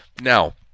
Now